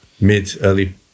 mid-early